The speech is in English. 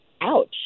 ouch